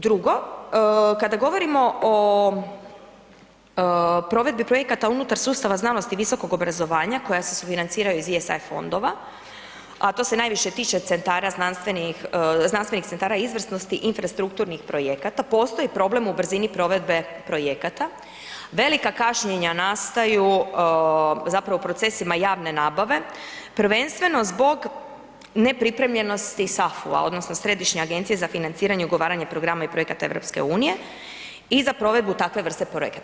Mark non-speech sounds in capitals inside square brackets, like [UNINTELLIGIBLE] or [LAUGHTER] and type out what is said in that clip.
Drugo, kada govorimo o provedbi projekata unutar sustava znanosti i visokog obrazovanja koja se sufinanciraju iz ... [UNINTELLIGIBLE] fondova a to se najviše tiče znanstvenih centara izvrsnosti infrastrukturnih projekata, postoji problem u brzini provedbe projekata, velika kašnjenja nastaju zapravo u procesima javne nabave, prvenstveno zbog nepripremljenosti SAFU-a odnosno Središnje agencije za financiranje ugovaranja programa i projekata EU-a i za provedbu takve vrste projekata.